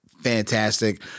fantastic